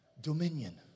Dominion